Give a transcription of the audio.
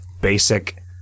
basic